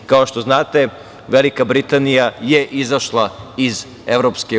Kao što znate, Velika Britanija je izašla iz EU.